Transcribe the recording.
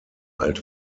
alt